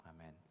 Amen